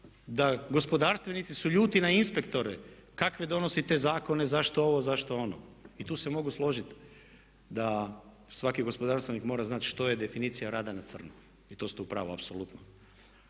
da gospodarstvenici su ljuti na inspektore kakve donosite zakone, zašto ovo, zašto ono? I tu se mogu složiti da svaki gospodarstvenik mora znati što je definicija rada na crno. To ste u pravu apsolutno.